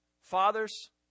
Fathers